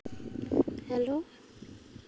hello